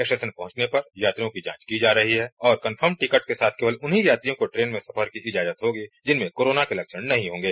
station पहंचने पर यात्रियों का जांच की जा रही है और कंफर्म टिकट के साथ केवल उन ही लोगों को ट्रेन में सफर की इजाजत होगी जिनमें कोरोना के लक्षण नहीं होंगे